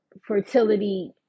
fertility